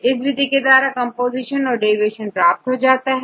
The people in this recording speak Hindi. इस विधि के द्वारा कंपोजीशन और डेविएशन प्राप्त हो जाता है